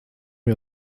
wir